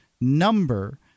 number